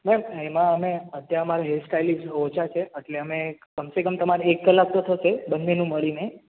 ma'am અત્યારે એમાં અમારે હેરસ્ટાઈલીસ્ટ તો ઓછા છે એટલે અમે કમ સે કમ તમારે એક કલાક તો થશે જ બંનેનું મળીને